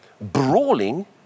brawling